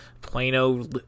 Plano